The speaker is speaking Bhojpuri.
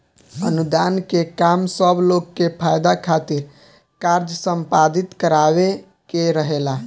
अनुदान के काम सब लोग के फायदा खातिर कार्य संपादित करावे के रहेला